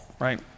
right